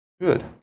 good